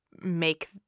make